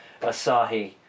Asahi